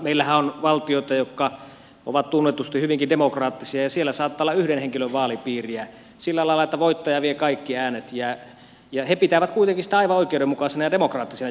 meillähän on valtioita jotka ovat tunnetusti hyvinkin demokraattisia ja siellä saattaa olla yhden henkilön vaalipiirejä sillä lailla että voittaja vie kaikki äänet ja he pitävät kuitenkin sitä aivan oikeudenmukaisena ja demokraattisena järjestelmänä